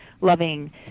loving